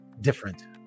different